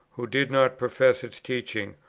who did not profess its teaching,